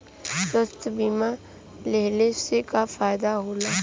स्वास्थ्य बीमा लेहले से का फायदा होला?